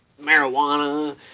marijuana